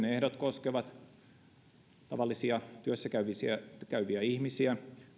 ehdot koskevat tavallisia työssä käyviä käyviä ihmisiä